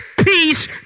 Peace